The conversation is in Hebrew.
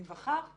שניווכח שוואלה,